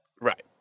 Right